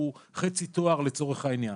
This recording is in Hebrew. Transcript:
הוא חצי תואר לצורך העניין.